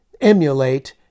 emulate